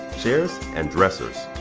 chairs and dressers.